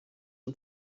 him